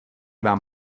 vám